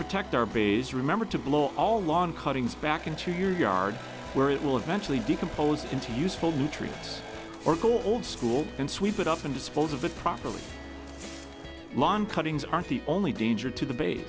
bays remember to blow all lawn cuttings back into your yard where it will eventually decompose into useful nutrients or cool old school and sweep it up and dispose of it properly lawn cuttings aren't the only danger to the ba